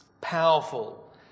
powerful